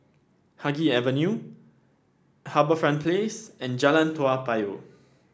Haig Avenue HarbourFront Place and Jalan Toa Payoh